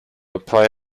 apply